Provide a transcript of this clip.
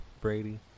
Brady